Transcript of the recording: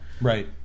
Right